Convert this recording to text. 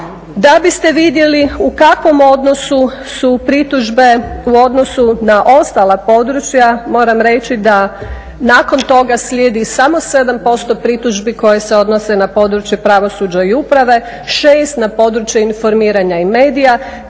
Da bi ste vidjeli u kakvom odnosu su pritužbe u odnosu na ostala područja, moram reći da nakon toga slijedi samo 7% pritužbi koje se odnose na područje pravosuđa i uprave, 6 na područje informiranja i medija,